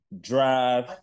Drive